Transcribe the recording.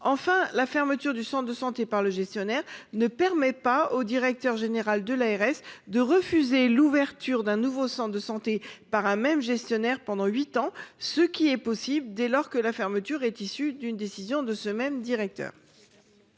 Enfin, la fermeture du centre de santé par le gestionnaire ne permet pas au directeur général de l’ARS de refuser l’ouverture d’un nouveau centre de santé par un même gestionnaire pendant huit ans, ce qui est possible dès lors que la fermeture est une décision de ce même directeur.